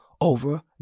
over